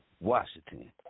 Washington